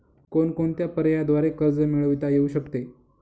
कोणकोणत्या पर्यायांद्वारे कर्ज मिळविता येऊ शकते?